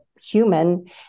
human